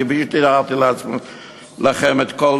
כפי שתיארתי לכם את כל